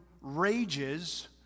rages